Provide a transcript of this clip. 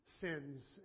sins